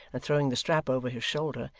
and throwing the strap over his shoulder.